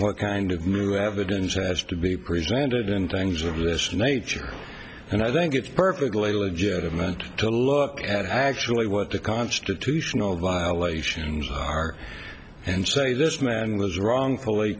what kind of mood evidence has to be presented in things of this nature and i think it's perfectly legitimate to look at actually what the constitutional violations are and say this man was wrongfully